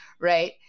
right